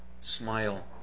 smile